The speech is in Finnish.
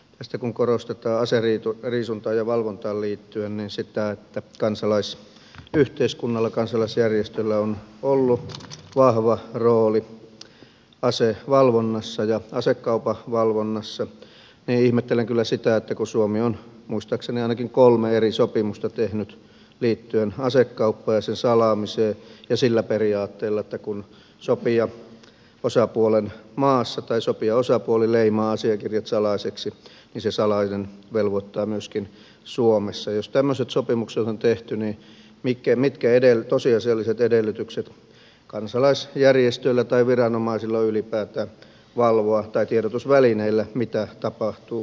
tässä kun korostetaan aseriisuntaan ja valvontaan liittyen sitä että kansalaisyhteiskunnalla kansalaisjärjestöillä on ollut vahva rooli asevalvonnassa ja asekaupan valvonnassa niin ihmettelen kyllä sitä että kun suomi on muistaakseni ainakin kolme eri sopimusta tehnyt liittyen asekauppaan ja sen salaamiseen ja sillä periaatteella että kun sopijaosapuoli leimaa asiakirjat salaiseksi niin se salainen velvoittaa myöskin suomessa jos tämmöiset sopimukset on tehty niin mitkä tosiasialliset edellytykset kansalaisjärjestöillä tai viranomaisilla tai tiedotusvälineillä on ylipäätään valvoa mitä tapahtuu asekaupassa